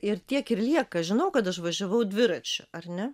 ir tiek ir lieka žinau kad aš važiavau dviračiu ar ne